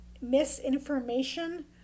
misinformation